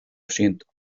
siento